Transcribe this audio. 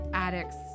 Addicts